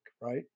right